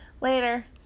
later